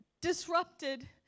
disrupted